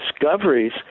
discoveries